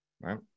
Right